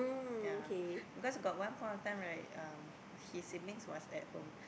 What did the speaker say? ya because got one point of time right um his siblings was at home